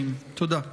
אני